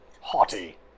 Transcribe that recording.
Haughty